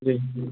जी जी